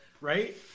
Right